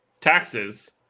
taxes